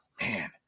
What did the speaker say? man